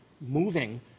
moving